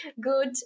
good